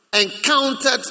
Encountered